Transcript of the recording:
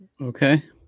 okay